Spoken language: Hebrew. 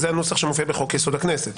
זה הנוסח שמופיע בחוק-יסוד: הכנסת.